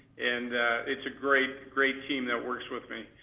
and it's a great great team that works with me.